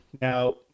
now